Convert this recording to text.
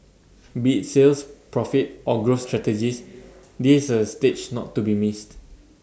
be IT sales profit or growth strategies this is A stage not to be missed